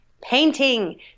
painting